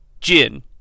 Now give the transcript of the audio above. Jin